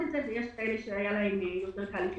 את זה ויש כאלה שהיה להם קל יותר לשלוט.